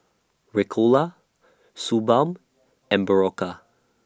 Ricola Suu Balm and Berocca